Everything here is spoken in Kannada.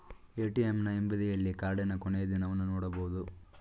ಎ.ಟಿ.ಎಂನ ಹಿಂಬದಿಯಲ್ಲಿ ಕಾರ್ಡಿನ ಕೊನೆಯ ದಿನವನ್ನು ನೊಡಬಹುದು